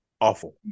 awful